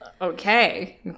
okay